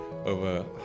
Over